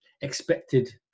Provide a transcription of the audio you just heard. expected